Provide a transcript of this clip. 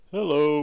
Hello